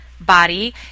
Body